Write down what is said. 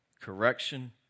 Correction